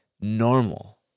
normal